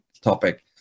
topic